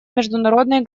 международной